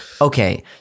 okay